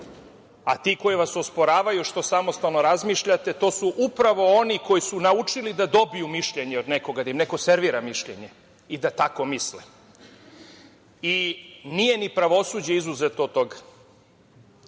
a ti koji vas osporavaju što samostalno razmišljate su upravo oni koji su naučili da dobiju mišljenje od nekoga, da im neko servira mišljenje i da tako misle. Nije ni pravosuđe izuzeto od